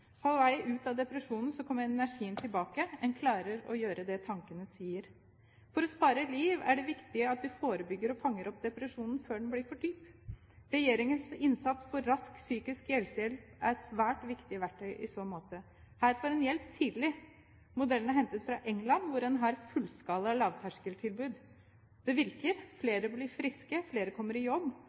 På vei ut av depresjonen kommer energien tilbake – en klarer å gjøre det tankene sier. For å spare liv er det viktig at vi forebygger og fanger opp depresjonen før den blir for dyp. Regjeringens innsats for rask psykisk helsehjelp er et svært viktig verktøy i så måte. Her får en hjelp tidlig. Modellen er hentet fra England, hvor en har fullskala lavterskeltilbud. Det virker – flere blir friske, flere kommer i jobb.